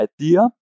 idea